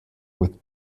with